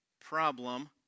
problem